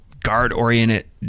guard-oriented